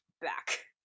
back